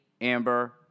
Amber